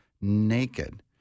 naked